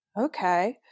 Okay